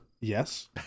Yes